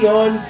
on